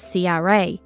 CRA